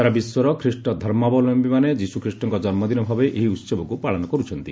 ସାରା ବିଶ୍ୱର ଖ୍ରୀଷ୍ଟ ଧର୍ମାବଲମ୍ବୀମାନେ ଯୀଶୁଖ୍ରୀଷ୍ଟଙ୍କ ଜନ୍ମଦିନ ଭାବେ ଏହି ଉତ୍ସବକୁ ପାଳନ କରୁଛନ୍ତି